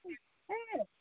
এই